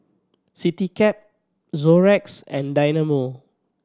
Citycab Xorex and Dynamo